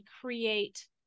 create